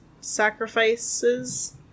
sacrifices